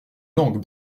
langue